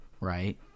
Right